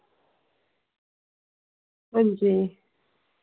अंजी